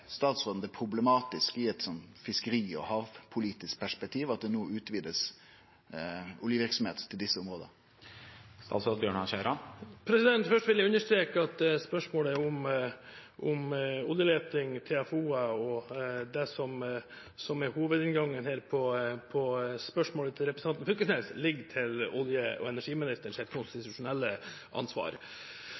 statsråden sitt område. Ser statsråden det problematiske i eit fiskeri- og havpolitisk perspektiv at det blir utgreidd for oljeverksemd i desse områda? Først vil jeg understreke at spørsmålet om oljeleting, TFO-er, som er hovedinngangen på spørsmålet fra representanten Fylkesnes, ligger til olje- og energiministerens konstitusjonelle ansvar.